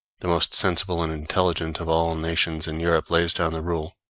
the most sensible and intelligent of all nations in europe lays down the rule,